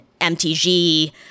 MTG